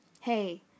hey